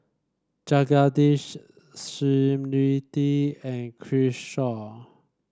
Jagadish Smriti and Kishore